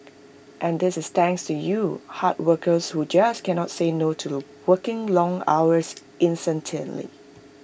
and this is thanks to you hard workers who just cannot say no to working long hours incessantly